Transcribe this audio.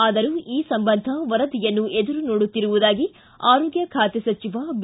ಆದರೂ ಈ ಸಂಬಂಧ ವರದಿಯನ್ನು ಎದುರು ನೋಡುತ್ತಿರುವುದಾಗಿ ಆರೋಗ್ಯ ಖಾತೆ ಸಚಿವ ಬಿ